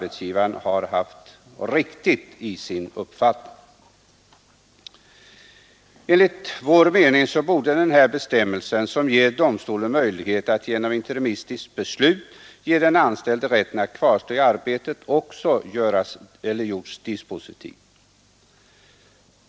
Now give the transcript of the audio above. Enligt vår mening borde denna bestämmelse, som ger domstolen möjlighet att genom interimistiskt beslut ge den anställde rätt att kvarstå i arbetet, också gjorts dispositiv.